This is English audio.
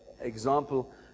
example